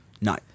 No